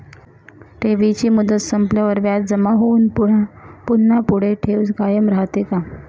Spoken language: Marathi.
ठेवीची मुदत संपल्यावर व्याज जमा होऊन पुन्हा पुढे ठेव कायम राहते का?